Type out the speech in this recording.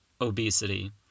obesity